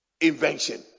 invention